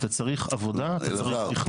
אתה צריך עבודה, אתה צריך תכנון